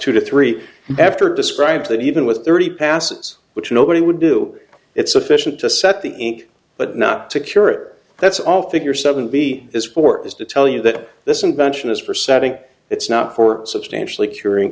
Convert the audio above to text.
two to three after describe that even with thirty passes which nobody would do it sufficient to set the ink but not to cure it that's all figure seven b is for is to tell you that this invention is for setting it's not for substantially curing